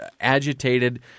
agitated